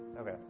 Okay